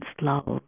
love